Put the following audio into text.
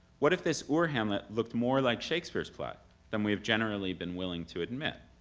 what if this ur-hamlet looked more like shakespeare's play than we've generally been wiling to admit?